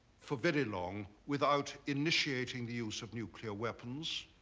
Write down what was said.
for very long without initiating the use of nuclear weapons.